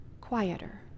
quieter